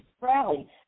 rally